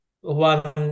one